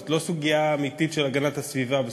זאת לא סוגיה אמיתית של הגנת הסביבה,